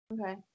Okay